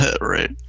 right